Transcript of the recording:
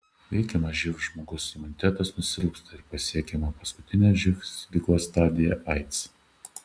veikiamas živ žmogaus imunitetas nusilpsta ir pasiekiama paskutinė živ ligos stadija aids